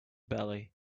belly